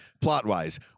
plot-wise